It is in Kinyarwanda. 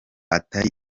atari